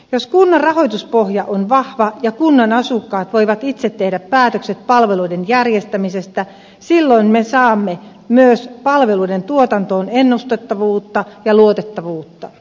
jos kunnan rahoituspohja on vahva ja kunnan asukkaat voivat itse tehdä päätökset palveluiden järjestämisestä silloin me saamme myös palveluiden tuotantoon ennustettavuutta ja luotettavuutta